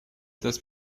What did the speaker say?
dass